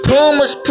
Pumas